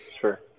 Sure